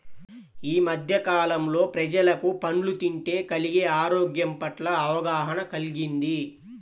యీ మద్దె కాలంలో ప్రజలకు పండ్లు తింటే కలిగే ఆరోగ్యం పట్ల అవగాహన కల్గింది